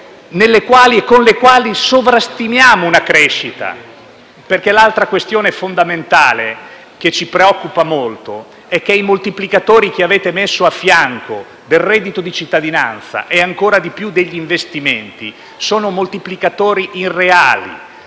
con le quali si sovrastima la crescita. Altra questione fondamentale, che ci preoccupa molto, è che i moltiplicatori che avete messo a fianco del reddito di cittadinanza - e, ancor più, degli investimenti - sono irreali: